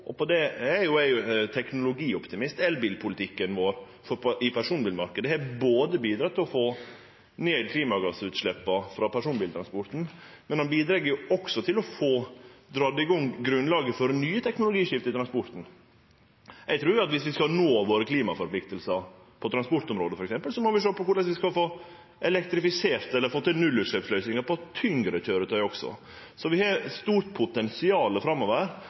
få. Og eg er jo teknologioptimist. Elbilpolitikken vår i personbilmarknaden har bidrege til å få ned klimagassutsleppa frå personbiltransporten, og han bidreg også til å få drege i gang grunnlaget for nye teknologiskifte i transporten. Eg trur at skal vi nå klimaforpliktingane våre på transportområdet, f.eks., må vi sjå på korleis vi kan få elektrifisert eller få til nullutsleppsløysingar på tyngre køyretøy også. Vi har stort potensial framover.